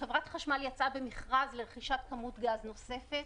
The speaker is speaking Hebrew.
חברת החשמל יצאה במכרז לרכישת כמות גז נוספת